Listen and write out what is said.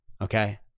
okay